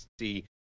see